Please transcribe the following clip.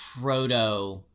proto